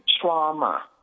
trauma